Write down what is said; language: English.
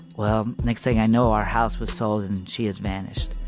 well, next thing i know, our house was sold and she has vanished.